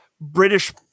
British